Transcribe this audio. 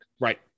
Right